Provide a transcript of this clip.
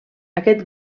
aquest